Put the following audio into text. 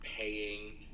paying –